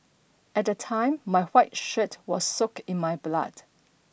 at the time my white shirt was soaked in my blood